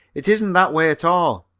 it isn't that way at all.